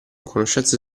conoscenze